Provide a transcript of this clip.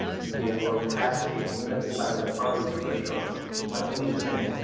they're gonna be at lower capacity, and limit the size of parties for restaurants to i believe ten.